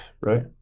Right